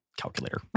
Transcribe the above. calculator